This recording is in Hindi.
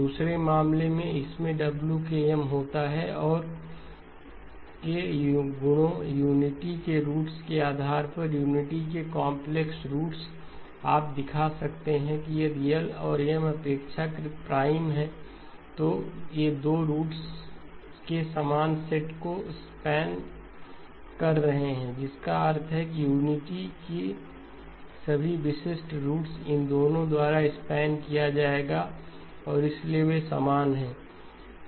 दूसरे मामले में इसमें WkM होता है और के गुणों यूनिटी के रूट्स के आधार पर यूनिटी के कांपलेक्स रूट्स आप दिखा सकते हैं कि यदि L और M अपेक्षाकृत प्राइम हैं तो ये 2 रूट्स के समान सेट को स्पान span कररहे हैं जिसका अर्थ है यूनिटी की सभी विशिष्ट रूट्स इन दोनों द्वारा स्पान किया जाएगा और इसलिए वे समान हैं